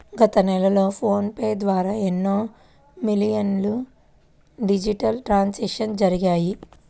గత నెలలో PhonePe ద్వారా ఎన్నో మిలియన్ల డిజిటల్ ట్రాన్సాక్షన్స్ జరిగాయి